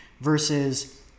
versus